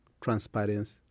transparency